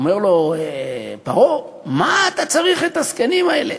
אומר לו פרעה: מה אתה צריך את הזקנים האלה?